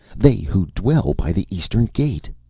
they who dwell by the eastern gate.